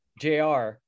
JR